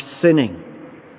sinning